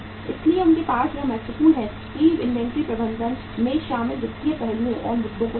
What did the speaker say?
इसलिए उनके लिए यह महत्वपूर्ण है कि वे इन्वेंट्री प्रबंधन में शामिल वित्तीय पहलुओं और मुद्दों को समझें